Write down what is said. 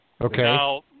Okay